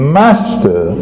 master